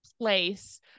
place